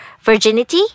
virginity